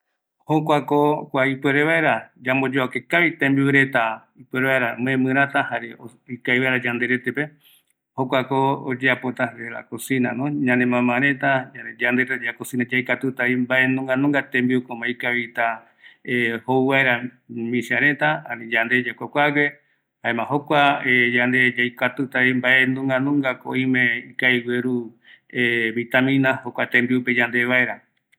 ﻿Jokuako kua ipuere vaera yamboyovake kavi tembiu reta ipuere vaera ome miratra jare o ikavi vaera yande retepe, jokuako oyeapota de la cosina no ñanemama reta, yande reta yacosina yaikatutavi mbae nunga nunga tembiu ma ikavita jou vaera misia reta ani yande yakuakuague, jaema jokua yande yaikatutavi mbae nunga nungako oime ikavi gueru vitamina jokua tembiupe yande vaera